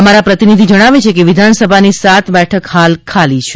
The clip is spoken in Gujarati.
અમારા પ્રતિનિધિ જણાવે છે કે વિધાનસભાન સાત બેઠક હાલ ખાલી છે